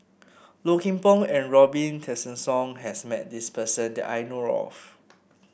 Low Kim Pong and Robin Tessensohn has met this person that I know of